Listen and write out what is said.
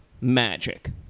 magic